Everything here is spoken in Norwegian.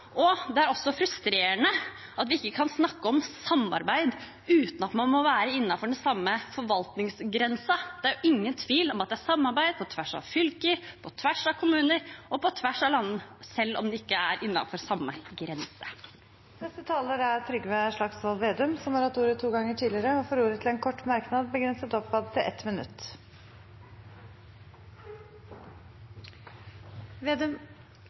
oppgavemeldingen. Det er også frustrerende at vi ikke kan snakke om samarbeid uten at man må være innenfor den samme forvaltningsgrensen. Det er ingen tvil om at det er samarbeid på tvers av fylker, på tvers av kommuner og på tvers av land, selv om de ikke er innenfor samme grense. Representanten Trygve Slagsvold Vedum har hatt ordet to ganger tidligere og får ordet til en kort merknad, begrenset til 1 minutt. Det er ett